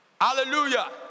Hallelujah